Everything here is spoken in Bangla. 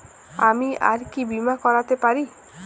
আমি আর কি বীমা করাতে পারি?